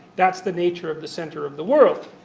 that's the nature of the centre of the world.